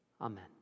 Amen